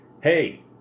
hey